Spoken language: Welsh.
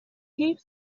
heb